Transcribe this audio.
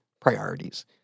priorities